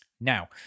Now